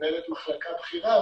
מנהלת מחלקה בכירה,